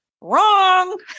Wrong